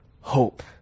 hope